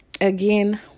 again